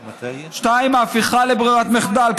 2. ההפיכה לברירת מחדל,